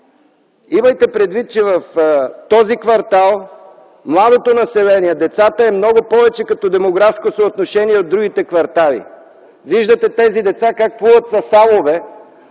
Имайте предвид, че в този квартал младото население, децата са много повече като демографско съотношение отколкото в другите квартали. Виждате тези деца как плуват със салове